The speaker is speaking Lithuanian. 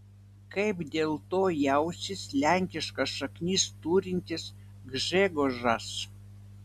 kaip dėl to jausis lenkiškas šaknis turintis gžegožas